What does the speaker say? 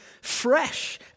fresh